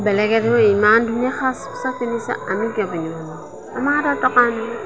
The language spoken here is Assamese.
বেলেগেতো ইমান ধুনীয়া সাজ পোছাক পিন্ধিছে আমি কিয় পিন্ধিব নোৱাৰোঁ আমাৰ হাতত টকা নাই